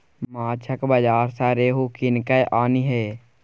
माछक बाजार सँ रोहू कीन कय आनिहे